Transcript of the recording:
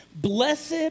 Blessed